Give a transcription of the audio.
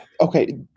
okay